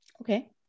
Okay